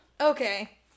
Okay